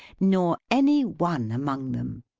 nor any one among them.